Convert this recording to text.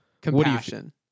compassion